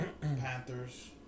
Panthers